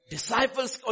Disciples